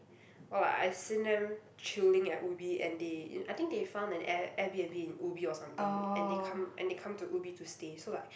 oh like I've seen them chilling at Ubi and they I think they found an Air Air-B_N_B in Ubi or something and they come and they come to Ubi to stay so like